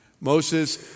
Moses